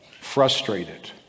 frustrated